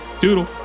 Doodle